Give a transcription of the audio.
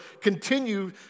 continue